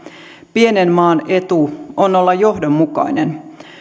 pienen maan etu on olla johdonmukainen